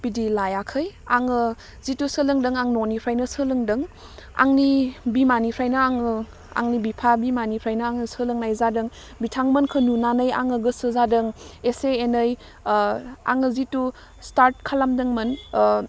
बिदि लायाखै आङो जितु सोलोंदों आं न'निफ्रायनो सोलोंदों आंनि बिमानिफ्रायनो आङो आंनि बिफा बिमानिफ्रायनो आङो सोलोंनाय जादों बिथांमोनखौ नुनानै आङो गोसो जादों एसे एनै आंनो जितु स्टार्ट खालामदोंमोन